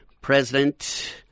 President